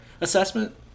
assessment